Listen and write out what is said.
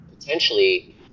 Potentially